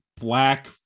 black